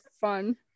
fun